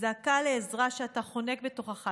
זעקה לעזרה שאתה חונק בתוכך,